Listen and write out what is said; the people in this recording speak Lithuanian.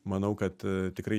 manau kad tikrai